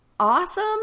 Awesome